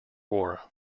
war